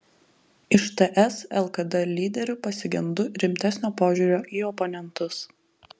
iš ts lkd lyderių pasigendu rimtesnio požiūrio į oponentus